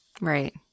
Right